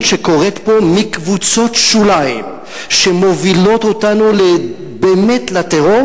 שקורית פה מקבוצות שוליים שמובילות אותנו לתהום.